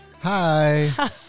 Hi